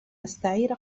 أستعير